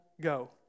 go